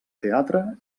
teatre